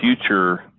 future